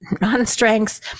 non-strengths